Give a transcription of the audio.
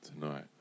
Tonight